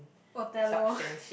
Othello